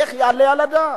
איך יעלה על הדעת?